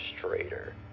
straighter